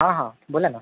हां हां बोला ना